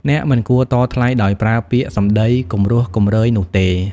អ្នកមិនគួរតថ្លៃដោយប្រើពាក្យសំដីគំរោះគំរើយនោះទេ។